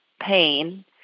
pain